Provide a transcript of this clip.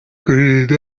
kurinda